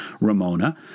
Ramona